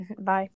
Bye